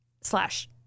slash